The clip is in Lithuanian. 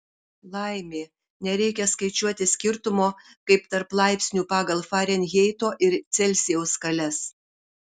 laimė nereikia skaičiuoti skirtumo kaip tarp laipsnių pagal farenheito ir celsijaus skales